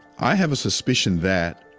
i have a suspicion that,